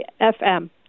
FM